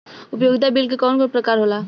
उपयोगिता बिल के कवन कवन प्रकार होला?